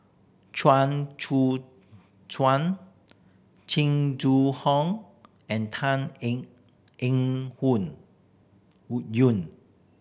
Chuang Tsuan Jing Jun Hong and Tan Eng Eng Yoon